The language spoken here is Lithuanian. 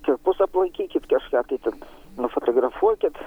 kapus aplankykit kažką tai ten nufotografuokit